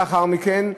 לאחר מכן,